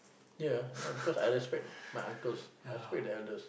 here ah no because I respect my uncles I respect the elders